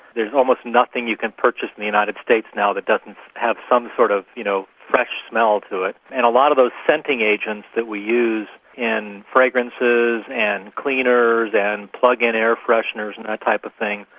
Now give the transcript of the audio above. there is almost nothing you can purchase in the united states now that doesn't have some sort of you know fresh smell to it. and a lot of those scenting agents that we use in fragrances and cleaners and plug-in air fresheners and those types of things,